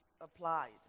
applied